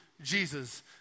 Jesus